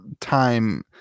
time